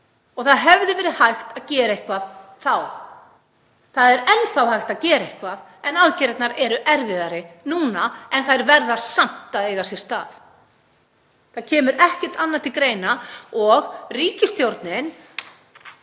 Það hefði verið hægt að gera eitthvað þá. Það er enn hægt að gera eitthvað en aðgerðirnar eru erfiðari núna en þær verða samt að eiga sér stað. Það kemur ekkert annað til greina. Og ríkisstjórnin